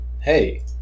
Hey